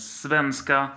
svenska